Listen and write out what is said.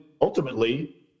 ultimately